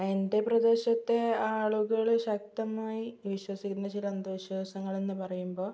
എൻ്റെ പ്രദേശത്തെ ആളുകൾ ശക്തമായി വിശ്വസിക്കുന്ന ചില അന്ധവിശ്വാസങ്ങൾ എന്നു പറയുമ്പോൾ